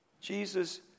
Jesus